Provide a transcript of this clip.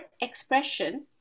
expression